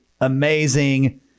amazing